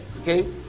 Okay